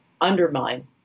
undermine